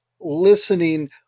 listening